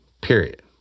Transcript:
period